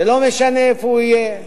ולא משנה איפה הוא יהיה,